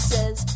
Says